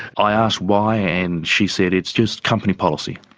i asked why and she said, it's just company policy.